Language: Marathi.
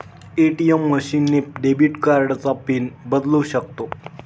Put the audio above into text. ए.टी.एम मशीन ने डेबिट कार्डचा पिन बदलू शकतो